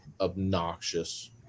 obnoxious